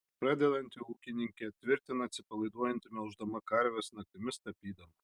pradedanti ūkininkė tvirtina atsipalaiduojanti melždama karves naktimis tapydama